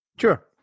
Sure